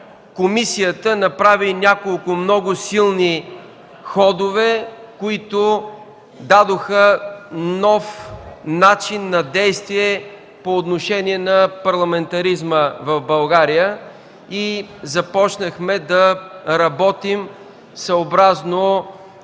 комисията направи няколко много силни хода, които дадоха нов начин на действие по отношение на парламентаризма в България и започнахме да работим съобразно